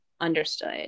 understood